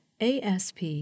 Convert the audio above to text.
ASP